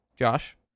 Josh